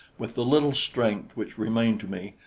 with the little strength which remained to me,